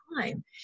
time